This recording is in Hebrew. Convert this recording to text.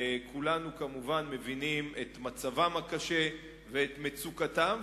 וכולנו כמובן מבינים את מצבם הקשה ואת מצוקתם,